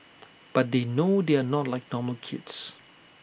but they know they are not like normal kids